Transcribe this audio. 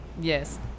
Yes